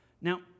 Now